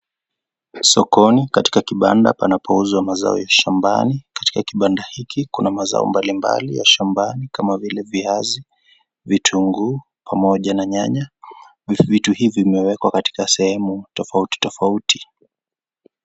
Sokoni katika kibanda panapouzwa mazao ya shambani, katika kibanda hiki kuna mazao mbalimbali ya shambani kama vile viazi, vitunguu pamoja na nyanya vitu hivi vimewekwa katika sehemu tofautitofauti.